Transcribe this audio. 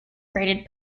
graded